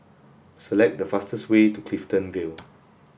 select the fastest way to Clifton Vale